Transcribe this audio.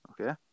Okay